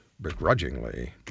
begrudgingly